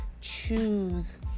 choose